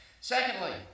Secondly